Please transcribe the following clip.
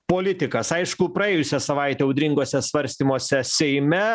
politikas aišku praėjusią savaitę audringuose svarstymuose seime